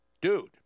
Dude